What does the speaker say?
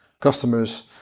Customers